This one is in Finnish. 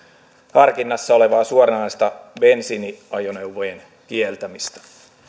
harkinnassa olevaa suoranaista bensiiniajoneuvojen kieltämistä